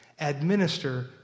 Administer